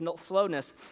slowness